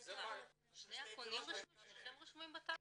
שניכם רשומים בטאבו?